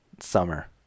summer